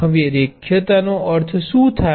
હવે રેખીયતાનો અર્થ શું થાય છે